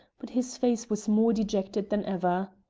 but his face was more dejected than ever.